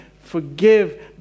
forgive